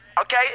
Okay